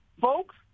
folks